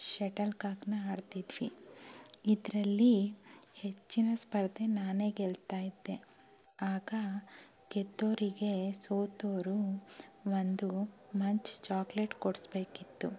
shuttle ಕಾಕನ್ನ ಆಡ್ತಿದ್ವಿ ಇದರಲ್ಲಿ ಹೆಚ್ಚಿನ ಸ್ಪರ್ಧೆ ನಾನೇ ಗೆಲ್ತಾ ಇದ್ದೆ ಆಗ ಗೆದ್ದೋರಿಗೆ ಸೋತೋರು ಒಂದು ಮಂಚ್ ಚಾಕ್ಲೆಟ್ ಕೊಡಿಸ್ಬೇಕಿತ್ತು